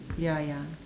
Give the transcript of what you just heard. ya ya